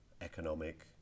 economic